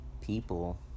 people